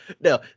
No